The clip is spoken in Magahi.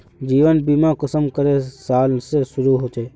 जीवन बीमा कुंसम करे साल से शुरू होचए?